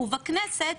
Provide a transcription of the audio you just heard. ובכנסת,